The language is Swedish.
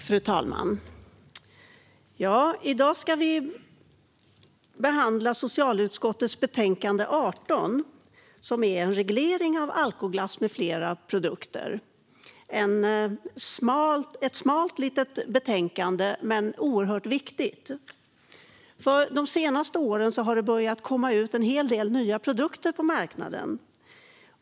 Fru talman! I dag ska vi behandla socialutskottets betänkande 18 Reglering av alkoglass m.fl. produkter - ett smalt litet betänkande, men oerhört viktigt. De senaste åren har det börjat komma ut en hel del nya produkter på marknaden.